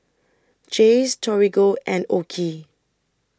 Jays Torigo and OKI